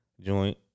joint